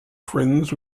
friends